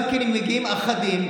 גם אם מגיעים יחידים,